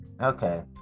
Okay